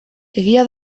egia